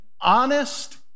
honest